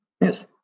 yes